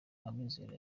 amizero